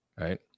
Right